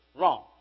wrong